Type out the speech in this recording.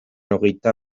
hogeita